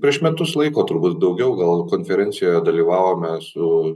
prieš metus laiko turbūt daugiau gal konferencijoje dalyvavome su